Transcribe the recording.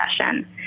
session